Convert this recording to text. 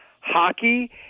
hockey